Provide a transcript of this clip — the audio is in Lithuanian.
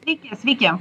sveiki sveiki